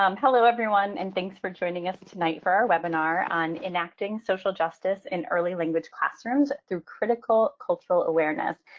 um hello, everyone, and thanks for joining us tonight for our webinar on enacting social justice in early language classrooms through critical cultural awareness.